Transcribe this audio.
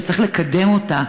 שצריך לקדם אותה,